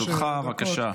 שלוש דקות לרשותך, בבקשה.